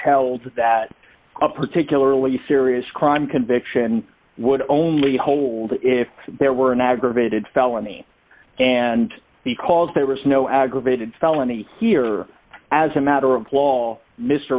held that a particularly serious crime conviction would only hold if there were an aggravated felony and because there was no aggravated felony here or as a matter of law mr